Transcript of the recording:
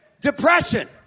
depression